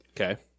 Okay